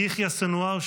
יחיא סנוואר,